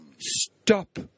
stop